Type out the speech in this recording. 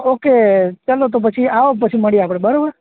okay ચાલો તો પછી આવો પછી મળીએ આપણે બરાબર